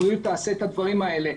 משרד הבריאות, בוא תעשה את הדברים האלה.